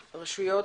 רשויות.